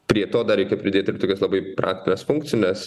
prie to dar reikia pridėt ir tokias labai praktines funkcijas